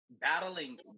battling